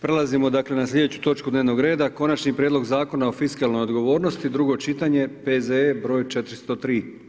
Prelazimo dakle, na sljedeću točku dnevnog reda: - Konačni prijedlog Zakona o fiskalnoj odgovornosti, drugo čitanje, P.Z.E. br. 403.